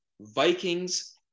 Vikings